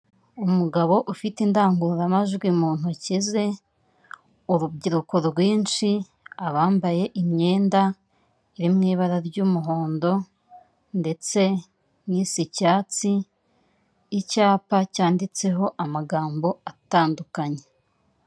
Umugabo ufite indangururamajwi mu ntoki ze urubyiruko rwinshi abambaye imyenda iri mu ibara ry'umuhondo ndetse n'isa icyatsi, icyapa cyanditseho amagambo atandukanye.